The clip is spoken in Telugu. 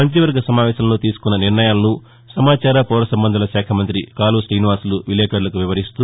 మంత్రివర్గ సమావేశంలో తీసుకున్న నిర్ణయాలను సమాచార పౌర సంబంధాల శాఖా మంతి కాలవ శీనివాసులు విలేకరులకు వివరిస్తూ